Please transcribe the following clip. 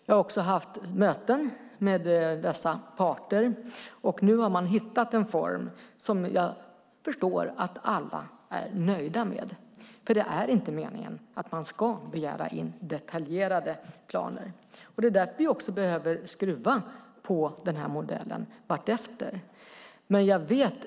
Jag har också haft möten med dessa parter. Nu har man hittat en form som jag förstår att alla är nöjda med. Det är inte meningen att man ska begära in detaljerade planer. Det är därför som vi också behöver skruva på denna modell vartefter.